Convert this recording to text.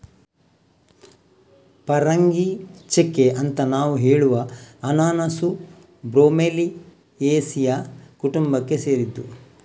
ಪರಂಗಿಚೆಕ್ಕೆ ಅಂತ ನಾವು ಹೇಳುವ ಅನನಾಸು ಬ್ರೋಮೆಲಿಯೇಸಿಯ ಕುಟುಂಬಕ್ಕೆ ಸೇರಿದ್ದು